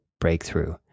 breakthrough